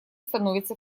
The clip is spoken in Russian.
становится